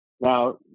Now